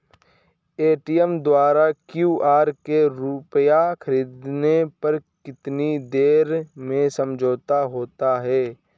Paytm द्वारा QR से रूपए ख़रीदने पर कितनी देर में समझौता होता है?